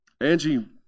Angie